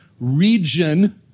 region